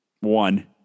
one